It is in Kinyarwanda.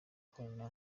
akorana